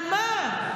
על מה?